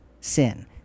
sin